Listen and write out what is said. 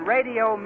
Radio